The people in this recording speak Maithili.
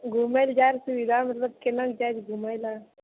घुमय लए जाइ छी मतलब केना जाइ छै घुमय लए